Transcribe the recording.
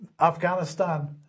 Afghanistan